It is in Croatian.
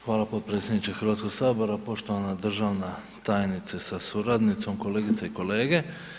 Hvala potpredsjedniče Hrvatskog sabora, poštovan državna tajnice s suradnicom, kolegice i kolege.